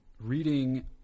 reading